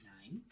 Nine